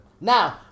Now